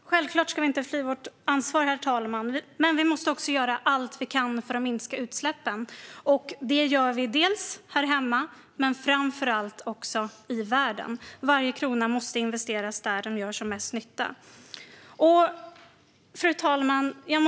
Fru talman! Självklart ska vi inte fly vårt ansvar. Men vi måste också göra allt vi kan för att minska utsläppen. Det gör vi dels här hemma, dels och framför allt i världen. Varje krona måste investeras där den gör som mest nytta. Fru talman!